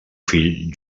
fill